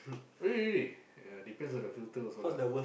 really really really yea depends on the filter also lah